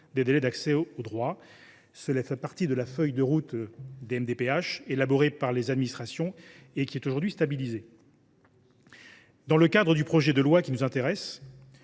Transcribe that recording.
des délais d’accès aux droits. Cela fait partie de la feuille de route des MDPH élaborée par les administrations, qui est aujourd’hui stabilisée. Dans le cadre de la proposition de loi qui nous intéresse,